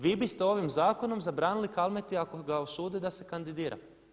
Vi biste ovim zakonom zabranili Kalmeti ako ga osude da se kandidira.